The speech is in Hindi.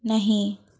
नहीं